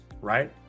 right